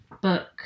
book